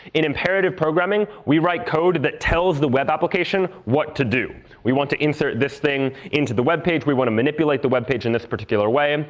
in imperative programming, we write code that tells the web application what to do. we want to insert this thing into the web page. we want to manipulate the web page in this particular way. um